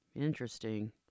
interesting